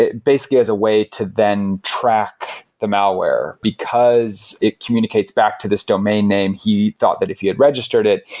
basically as a way to then track the malware. because it communicates back to this domain name, he thought that if he had registered it,